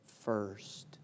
First